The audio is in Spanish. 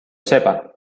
sepa